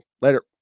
Later